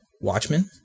Watchmen